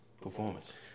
performance